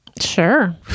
Sure